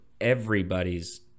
everybody's